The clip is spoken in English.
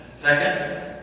Second